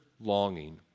longing